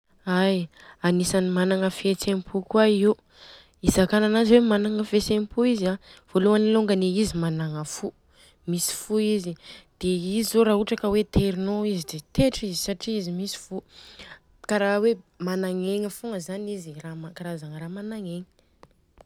Ai, anisany managna fihetseham-po koa io. Izakàna ananjy hoa managna fihetseham-po izy a voaloany alôngany izy managna fo, misy fo izy. Dia izy zô ra ohatra ka terinô izy dia tetra izy satria izy misy fo. Kara hoe managna egna fogna zani izy, karazagna raha managn'egna.